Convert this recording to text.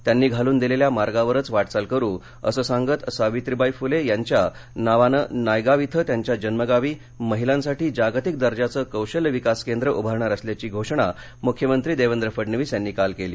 त्यांनी घालून दिलेल्या मार्गावरच वाटचाल करू असे सांगत सावित्रीबाई फुले यांच्या नावानं नायगाव या त्यांच्या जन्मगावी महिलांसाठी जागतिक दर्जाचे कौशल्य विकास केंद्र उभारणार असल्याघी घोषणा मुख्यमंत्री देवेंद्र फडणवीस यांनी काल केली